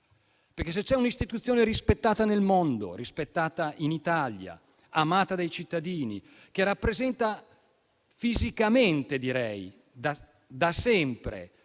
perché se c'è un'istituzione rispettata nel mondo, rispettata in Italia, amata dai cittadini e che rappresenta fisicamente, da sempre,